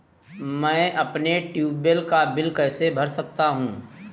मैं अपने ट्यूबवेल का बिल कैसे भर सकता हूँ?